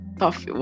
tough